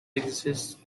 exists